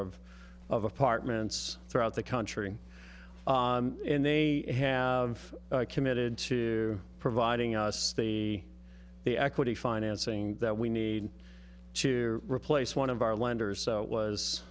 of of apartments throughout the country and they have committed to providing us the the equity financing that we need to replace one of our lenders so it